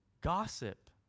gossip